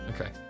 Okay